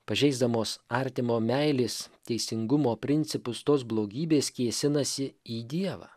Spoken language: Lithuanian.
pažeisdamos artimo meilės teisingumo principus tos blogybės kėsinasi į dievą